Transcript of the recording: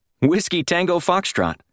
Whiskey-tango-foxtrot